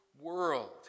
world